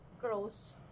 gross